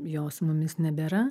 jo su mumis nebėra